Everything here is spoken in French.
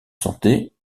santé